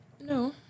No